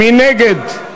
מי נגד?